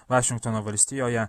vašingtono valstijoje